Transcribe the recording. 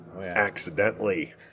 accidentally